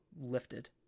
lifted